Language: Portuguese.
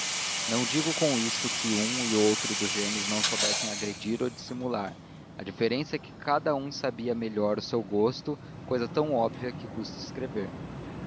não digo com isto que um e outro dos gêmeos não soubessem agredir e dissimular a diferença é que cada um sabia melhor o seu gosto cousa tão óbvia que custa escrever